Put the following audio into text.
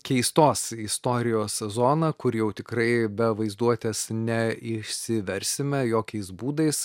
keistos istorijos zoną kur jau tikrai be vaizduotės neišsiversime jokiais būdais